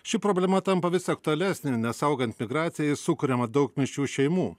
ši problema tampa vis aktualesnė nes augant migracijai sukuriama daug mišrių šeimų